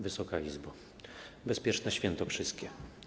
Wysoka Izbo! „Bezpieczne Świętokrzyskie”